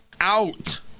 out